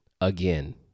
again